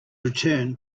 return